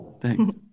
thanks